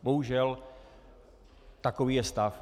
Bohužel, takový je stav.